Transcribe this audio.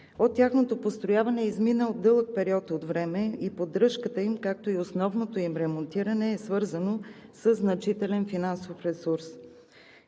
От тяхното построяване е изминал дълъг период от време и поддръжката им, както и основното им ремонтиране, е свързано със значителен финансов ресурс.